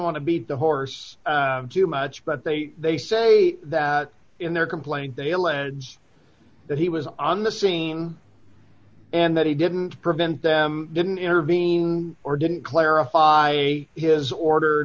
want to beat the horse too much but they they say that in their complaint they allege that he was on the scene and that he didn't prevent them didn't intervene or didn't clarify his order